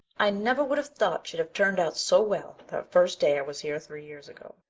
i never would have thought she'd have turned out so well that first day i was here three years ago,